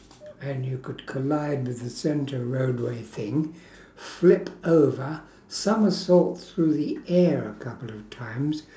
and you could collide with the centre roadway thing flip over somersault through the air a couple of times